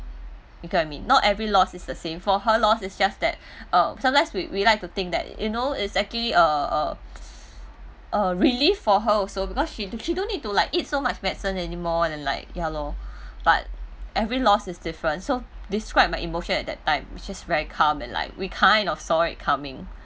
you get what I mean not every loss is the same for her loss is just that uh sometimes we we like to think that you know is actually a a a relief for her also because she do~ she don't need to like eat so much medicine anymore and like ya lor but every loss is different so describe my emotion at that time which is very calm and like we kind of saw it coming